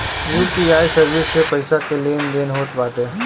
UPI service से पईसा के लेन देन होत बाटे